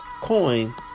coin